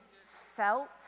felt